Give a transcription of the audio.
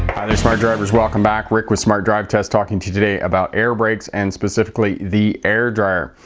hi there smart drivers, welcome back. rick with smart drive test talking to you today about air brakes and specifically the air dryer.